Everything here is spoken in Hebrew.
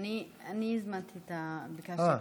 אני ביקשתי את הדיון.